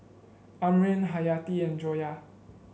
Amrin Haryati and Joyah